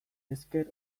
esker